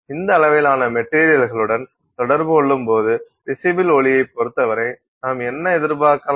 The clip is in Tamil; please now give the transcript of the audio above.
இந்த அளவிலான மெட்டீரியல்களுடன் தொடர்பு கொள்ளும்போது விசிபில் ஒளியைப் பொறுத்தவரை நாம் என்ன எதிர்பார்க்கலாம்